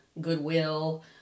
Goodwill